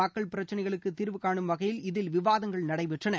மக்கள் பிரச்சினைகளுக்கு தீர்வு காணும் வகையில் இதில் விவாதங்கள் நடைபெற்றன